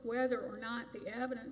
whether or not the evidence